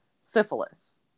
syphilis